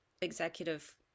executive